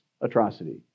atrocity